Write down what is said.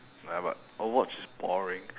ya but overwatch is boring